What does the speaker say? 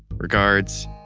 regards,